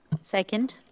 Second